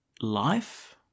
life